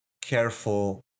careful